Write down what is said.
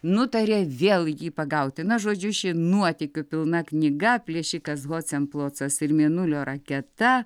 nutarė vėl jį pagauti na žodžiu ši nuotykių pilna knyga plėšikas hocemplocas ir mėnulio raketa